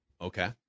Okay